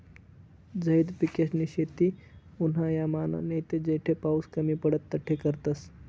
झैद पिकेसनी शेती उन्हायामान नैते जठे पाऊस कमी पडस तठे करतस